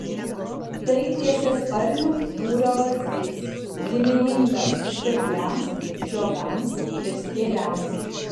tai tiesiasparnių būrio vabzdys giminingas svirpliams žiogams ir skėriams